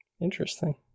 Interesting